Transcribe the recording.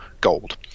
gold